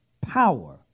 power